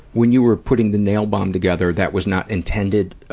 when you were putting the nail bomb together, that was not intended, ah,